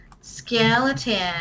skeleton